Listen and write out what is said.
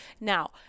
now